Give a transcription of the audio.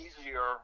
easier